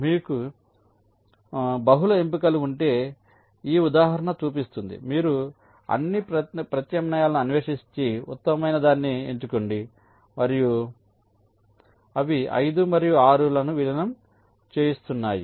మీకు బహుళ ఎంపికలు ఉంటే ఈ ఉదాహరణ చూపిస్తుంది మీరు అన్ని ప్రత్యామ్నాయాలను అన్వేషించి ఉత్తమమైనదాన్ని ఎంచుకోండి మరియు అవి 5 మరియు 6 లను విలీనం చేస్తున్నాయి